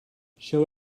show